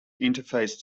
interface